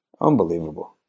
Unbelievable